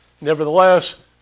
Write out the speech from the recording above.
nevertheless